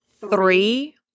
three